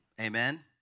Amen